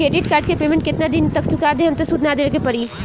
Credit card के payment केतना दिन तक चुका देहम त सूद ना देवे के पड़ी?